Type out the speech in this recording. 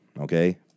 okay